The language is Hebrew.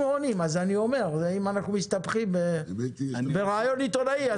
עונים אם אנחנו מסתבכים בראיון עיתונאי.